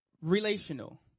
relational